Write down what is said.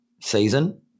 season